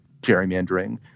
gerrymandering